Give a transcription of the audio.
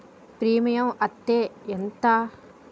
Premium అత్తే ఎంత?